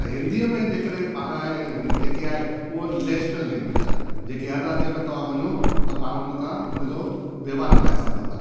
त हिंदीअ में जेकॾहिं पाण आहे जेकी आहे उहो नेशनल लैंग्वेज आहे जेके हर राज्य में तव्हां वञो त पाण उन तां उन जो वहिंवारु हलाए सघो था